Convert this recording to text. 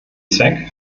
zweck